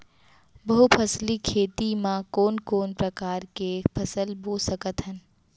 बहुफसली खेती मा कोन कोन प्रकार के फसल बो सकत हन?